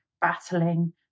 battling